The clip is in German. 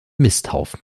misthaufen